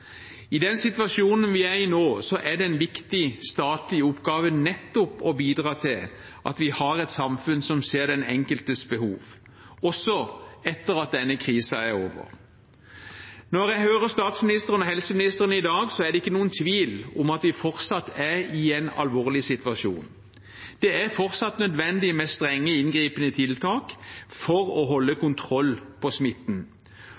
I den situasjonen vi er i nå, er det en viktig statlig oppgave nettopp å bidra til at vi har et samfunn som ser den enkeltes behov, også etter at denne krisen er over. Når jeg hører statsministeren og helseministeren i dag, er det ikke noen tvil om at vi fortsatt er i en alvorlig situasjon. Det er fortsatt nødvendig med strenge, inngripende tiltak for å holde kontroll på smitten.